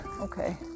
okay